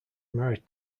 married